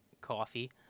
Coffee